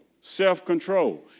Self-control